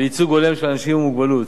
לייצוג הולם של אנשים עם מוגבלות,